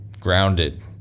grounded